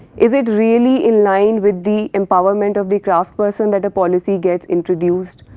is it really inlined with the empowerment of the craftsperson that a policy gets introduced,